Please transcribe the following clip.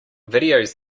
videos